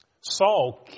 Saul